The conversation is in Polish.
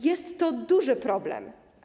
Jest to duży problem.